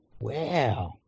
Wow